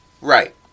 Right